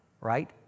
right